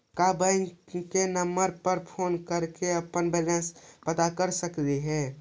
का बैंक के नंबर पर फोन कर के अपन बैलेंस पता कर सकली हे?